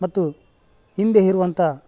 ಮತ್ತು ಹಿಂದೆ ಇರುವಂಥ